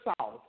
south